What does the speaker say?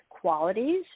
qualities